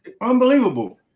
Unbelievable